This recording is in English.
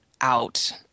out